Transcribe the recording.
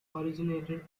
originated